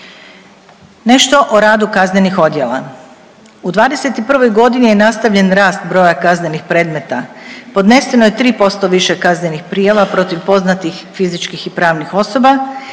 Nešto o radu kaznih odjela. U 2021. godini je nastavljen rast broja kaznenih predmeta, podneseno je 3% više kaznenih prijava protiv poznatih fizičkih i pravnih osoba